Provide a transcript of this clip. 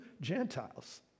Gentiles